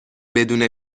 بدون